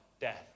death